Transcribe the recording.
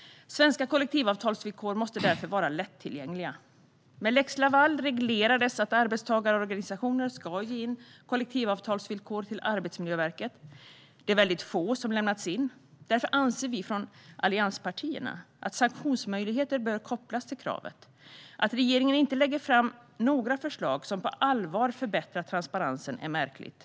Svenska kollektivavtalsvillkor måste därför vara lättillgängliga. Med lex Laval reglerades att arbetstagarorganisationer ska ge in kollektivavtalsvillkor till Arbetsmiljöverket. Det är väldigt få som lämnats in. Därför anser vi från allianspartiernas sida att sanktionsmöjligheter bör kopplas till kravet. Att regeringen inte lägger fram några förslag som på allvar förbättrar transparensen är märkligt.